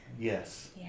yes